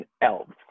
elves